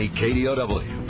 kdow